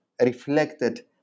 reflected